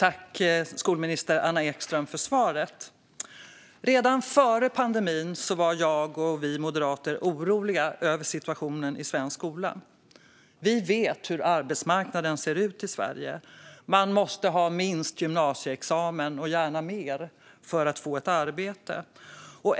Fru talman! Jag tackar skolminister Anna Ekström för svaret. Redan före pandemin var jag och vi moderater oroliga över situationen i svensk skola. Vi vet hur arbetsmarknaden ser ut i Sverige. Man måste ha minst gymnasieexamen och gärna mer för att få ett arbete.